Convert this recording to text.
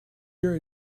your